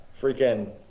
freaking